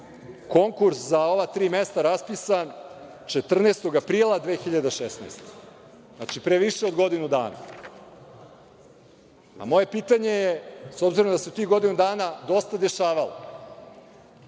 konkurs za ova tri mesta raspisan 14. aprila 2016. godine, znači pre više od godinu dana. Moje pitanje je, s obzirom da se tih godinu dosta dešavalo